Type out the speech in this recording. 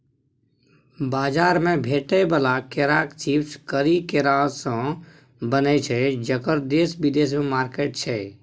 बजार मे भेटै बला केराक चिप्स करी केरासँ बनय छै जकर देश बिदेशमे मार्केट छै